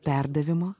ir perdavimo